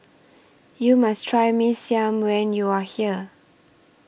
YOU must Try Mee Siam when YOU Are here